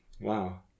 Wow